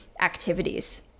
activities